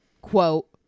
quote